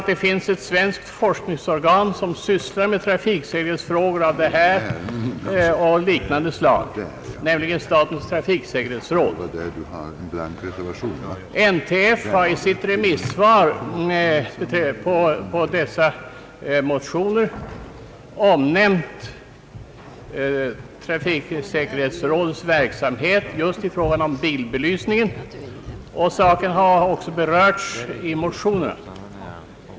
Det finns ett svenskt forskningsorgan som sysslar med trafiksäkerhetsfrågor av detta och liknande slag, nämligen statens trafiksäkerhetsråd. NTF har i sitt remissvar på dessa motioner omnämnt trafiksäkerhetsrådets verksamhet just när det gäller bilbelysningen, och saken har också berörts i motionerna.